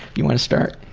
you wanna start?